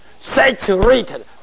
saturated